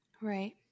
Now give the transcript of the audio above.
Right